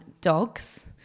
dogs